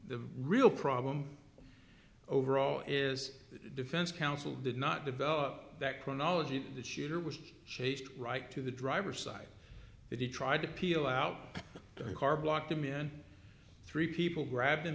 the real problem overall is defense counsel did not develop that chronology the shooter was chased right to the driver side that he tried to peel out the car blocked him in three people grabbed him